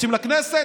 רוצים לכנסת?